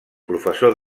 professor